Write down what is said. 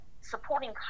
supporting